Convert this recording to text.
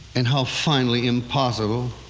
and how finally impossible.